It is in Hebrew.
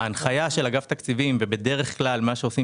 ההנחיה של אגף תקציבים ובדרך כלל כשעושים